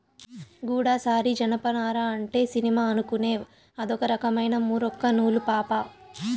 గూడసారి జనపనార అంటే సినిమా అనుకునేవ్ అదొక రకమైన మూరొక్క నూలు పాపా